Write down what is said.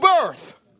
birth